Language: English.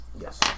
Yes